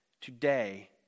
today